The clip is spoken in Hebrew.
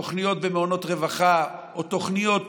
תוכניות במעונות רווחה או תוכניות